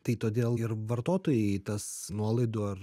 tai todėl ir vartotojai tas nuolaidų ar